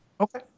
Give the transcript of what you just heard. Okay